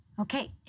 Okay